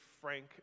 Frank